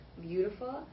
beautiful